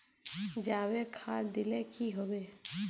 जाबे खाद दिले की होबे?